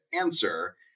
answer